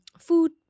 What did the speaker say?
food